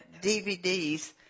DVDs